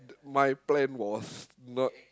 my plan was not